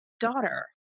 daughter